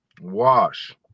Wash